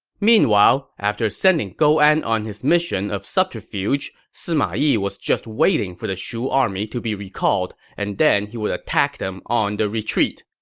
meanwhile, after sending gou an on his mission of subterfuge sima yi was just waiting for the shu army to be recalled, and then he would attack them on the retreat.